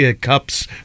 cups